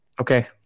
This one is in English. Okay